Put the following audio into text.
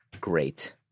great